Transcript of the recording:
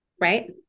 Right